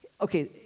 Okay